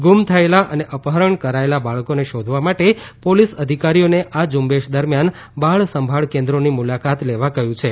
ગુમ થયેલા અને અપહરણ કરાયેલા બાળકોને શોધવા માટે પોલીસ અધિકારીઓને આ ઝુંબેશ દરમિયાન બાળસંભાળ કેન્દ્રોની મુલાકાત લેવા કહયું છે